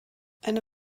eine